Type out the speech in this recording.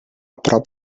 prop